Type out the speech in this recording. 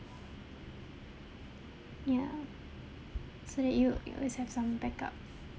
ya so that you you always have some backup